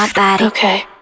Okay